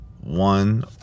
one